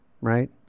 right